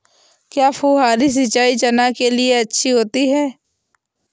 क्या फुहारी सिंचाई चना के लिए अच्छी होती है?